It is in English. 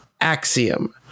axiom